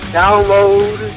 download